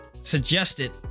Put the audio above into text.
suggested